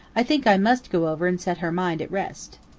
i think i must go over and set her mind at rest.